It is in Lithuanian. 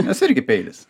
nes irgi peilis